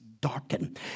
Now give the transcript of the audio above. Darken